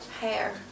hair